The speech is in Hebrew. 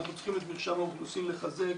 אנחנו צריכים את מרשם האוכלוסין לחזק,